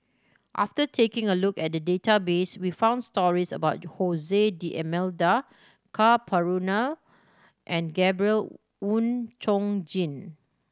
after taking a look at the database we found stories about D'Almeida Ka Perumal and Gabriel Oon Chong Jin